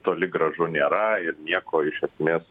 toli gražu nėra ir nieko iš esmės